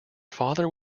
father